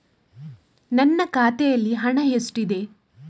ನನ್ನ ಖಾತೆಯಲ್ಲಿ ಹಣ ಎಷ್ಟಿದೆ?